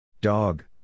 Dog